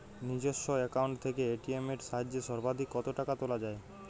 নিজস্ব অ্যাকাউন্ট থেকে এ.টি.এম এর সাহায্যে সর্বাধিক কতো টাকা তোলা যায়?